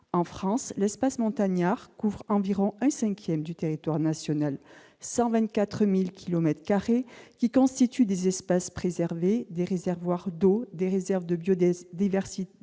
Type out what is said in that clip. En France, l'espace montagnard couvre environ un cinquième du territoire national, soit 124 000 kilomètres carrés d'espaces préservés, de réservoirs d'eau, de réserves de biodiversité,